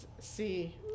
see